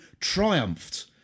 triumphed